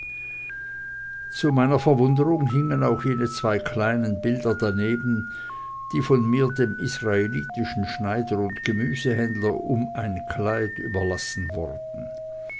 zu meiner verwunderung hingen auch jene zwei kleinen bilder daneben die von mir dem israelitischen schneider und gemäldehändler um ein kleid überlassen worden